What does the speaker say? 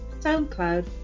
SoundCloud